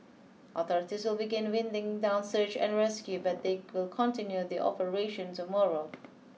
authorities will begin winding down search and rescue but they will continue the operation tomorrow